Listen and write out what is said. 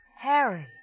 Harry